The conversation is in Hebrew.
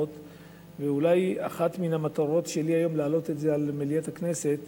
ואולי אחת מהמטרות שלי היום להעלות את זה למליאת הכנסת